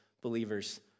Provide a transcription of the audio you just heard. believers